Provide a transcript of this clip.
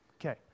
Okay